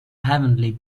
heavenly